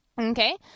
Okay